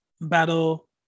battle